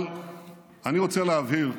אבל אני רוצה להבהיר,